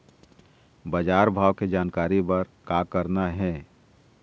बजार भाव के जानकारी बर का करना हे?